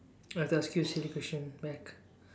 I have to ask you a silly question back